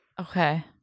Okay